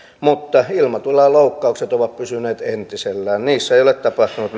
mutta ilmatilan loukkaukset ovat pysyneet entisellään niissä ei ole tapahtunut